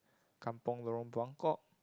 kampung Lorong Buangkok